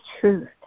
truth